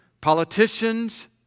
Politicians